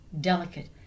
delicate